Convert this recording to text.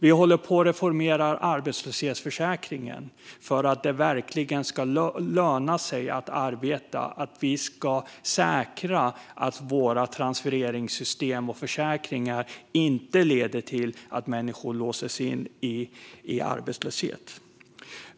Vi håller på att reformera arbetslöshetsförsäkringen för att det verkligen ska löna sig att arbeta. Vi ska säkra att våra transfereringssystem och försäkringar inte leder till att människor låses in i arbetslöshet.